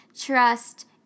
trust